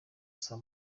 saa